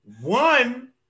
One